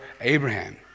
Abraham